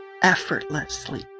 effortlessly